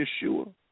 Yeshua